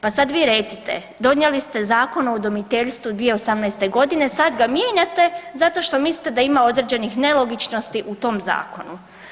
Pa sad vi recite, donijeli ste Zakon o udomiteljstvu 2018.g. sad ga mijenjate zato što mislite da ima određenih nelogičnosti u tom zakonu.